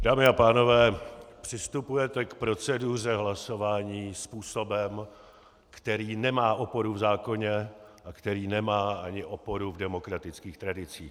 Dámy a pánové, přistupujete k proceduře hlasování způsobem, který nemá oporu v zákoně a který nemá ani oporu v demokratických tradicích.